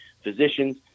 physicians